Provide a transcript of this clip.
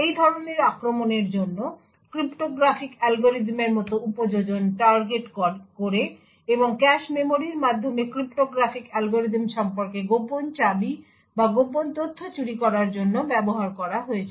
এই ধরনের আক্রমণের জন্য ক্রিপ্টোগ্রাফিক অ্যালগরিদমের মতো উপযোজন টার্গেট করে এবং ক্যাশ মেমরির মাধ্যমে ক্রিপ্টোগ্রাফিক অ্যালগরিদম সম্পর্কে গোপন চাবি বা গোপন তথ্য চুরি করার জন্য ব্যবহার করা হয়েছে